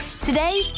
Today